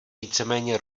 víceméně